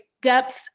depth